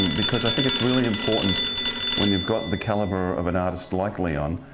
because i think it's really important when you've got the caliber of an artist like leon,